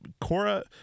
Cora